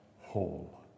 whole